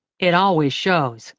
it always shows,